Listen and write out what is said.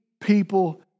people